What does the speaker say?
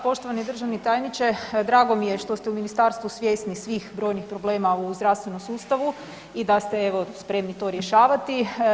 Poštovani državni tajniče, drago mi je što ste u ministarstvu svjesni svih brojnih problema u zdravstvenom sustavu i da ste evo spremni to rješavati.